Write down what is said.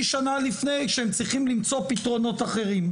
שנה לפני שהם צריכים למצוא פתרונות אחרים.